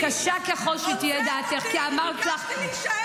-- קשה ככל שתהיה דעתך --- הוצאת אותי.